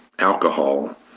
alcohol